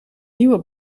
nieuwe